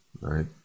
right